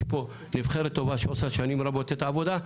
יש פה נבחרת טובה שעושה את שנים רבות את העבודה,